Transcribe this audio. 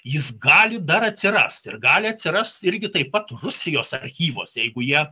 jis gali dar atsirast ir gali atsirast irgi taip pat rusijos archyvuose jeigu jie